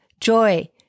joy